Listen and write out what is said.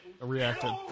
reacted